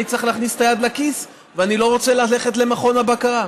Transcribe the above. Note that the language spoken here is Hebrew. אני צריך להכניס את היד לכיס ואני לא רוצה ללכת למכון הבקרה.